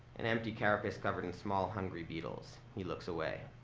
an empty carcass covered in small hungry beetles. he looks away.